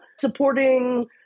supporting